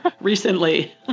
recently